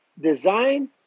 design